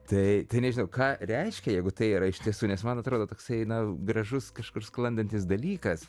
tai nežinau ką reiškia jeigu tai yra iš tiesų nes man atrodo toksai na gražus kažkur sklandantis dalykas